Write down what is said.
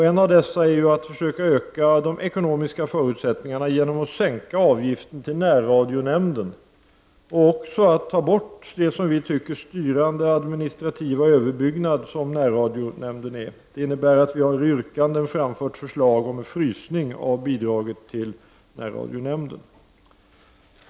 En möjlighet är att försöka öka de ekonomiska förutsättningarna genom att sänka avgiften till närradionämnden och även att ta bort den, som vi tycker, styrande administrativa överbyggnad som närradionämnden utgör. Det innebär att vi i yrkanden har framfört förslag om frysning av bidragen till närradionämnden.